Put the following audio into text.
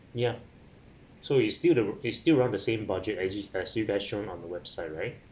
yeah so it's still the it's still around the same budget as as you guys shown on the website right